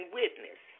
witness